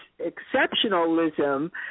exceptionalism